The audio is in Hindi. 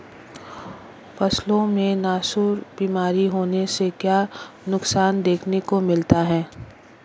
फसलों में नासूर बीमारी होने से क्या नुकसान देखने को मिलता है?